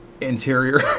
interior